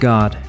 God